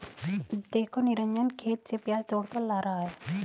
देखो निरंजन खेत से प्याज तोड़कर ला रहा है